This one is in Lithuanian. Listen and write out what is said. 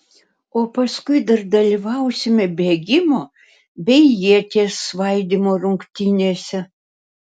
o paskui dar dalyvausime bėgimo bei ieties svaidymo rungtynėse